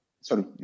sorry